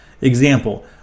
Example